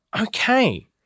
Okay